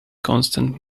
constant